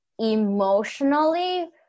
emotionally